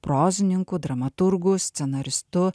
prozininku dramaturgu scenaristu